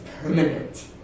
permanent